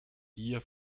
gier